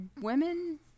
women